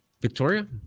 victoria